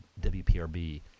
wprb